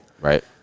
Right